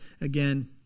again